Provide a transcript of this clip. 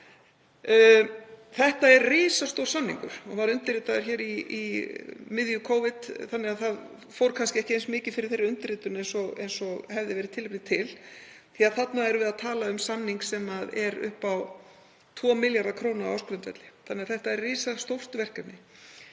Þetta er risastór samningur og var undirritaður í miðju Covid þannig að það fór kannski ekki eins mikið fyrir þeirri undirritun og hefði verið tilefni til því að þarna erum við að tala um samning sem er upp á 2 milljarða kr. á ársgrundvelli. Þetta er því risastórt verkefni.